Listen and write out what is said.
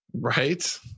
Right